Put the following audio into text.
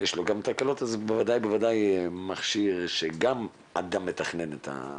יש גם תקלות אז בוודאי מכשיר שגם האדם מתכנת אותו.